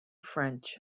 french